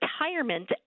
retirement